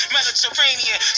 Mediterranean